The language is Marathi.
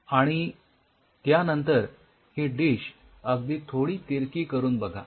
आणि त्यानंतर ही डिश अगदी थोडी तिरकी करून बघा